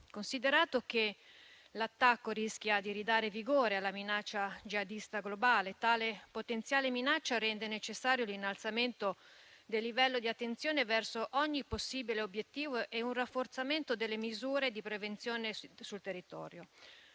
considerato che: l'attacco rischia di ridare vigore alla minaccia jihadista globale; tale potenziale minaccia rende necessario l'innalzamento del livello di attenzione verso ogni possibile obiettivo e un rafforzamento delle misure di prevenzione sul territorio;